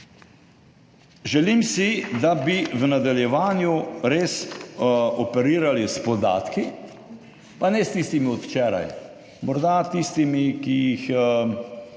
Želim si, da bi v nadaljevanju res operirali s podatki, pa ne s tistimi od včeraj, morda s tistimi, ki jih vsebuje